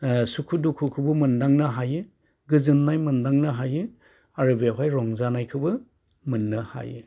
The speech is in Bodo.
सुखु दुखुखौबो मोन्दांनो हायो गोजोननाय मोन्दांनो हायो आरो बेवहाय रंजानायखौबो मोननो हायो